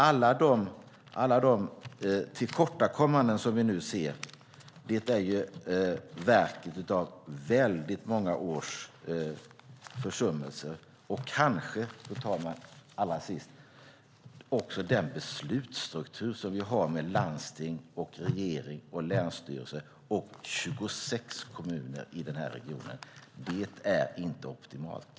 Alla de tillkortakommanden som vi nu ser är verk av många års försummelser och kanske, fru talman, också av den beslutsstruktur som vi har med landsting, regering, länsstyrelse och 26 kommuner här i regionen. Det är inte optimalt.